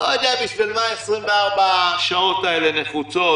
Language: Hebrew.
אני לא יודע בשביל מה 24 השעות האלה נחוצות.